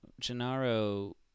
Gennaro